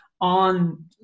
on